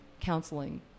counseling